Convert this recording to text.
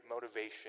motivation